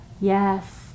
Yes